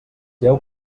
veu